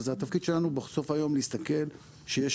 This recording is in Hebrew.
התפקיד שלנו בסוף היום הוא להסתכל שיש